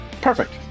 Perfect